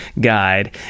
guide